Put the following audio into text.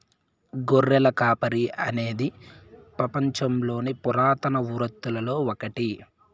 గొర్రెల కాపరి అనేది పపంచంలోని పురాతన వృత్తులలో ఒకటి